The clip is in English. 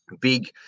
big